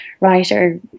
writer